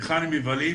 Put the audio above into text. היכן הם מבלים,